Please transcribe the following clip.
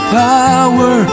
power